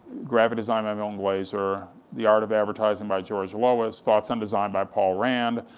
graphic design by milton glaser, the art of advertising by george lois, thoughts on design by paul rand,